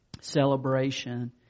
celebration